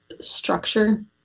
structure